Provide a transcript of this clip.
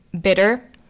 bitter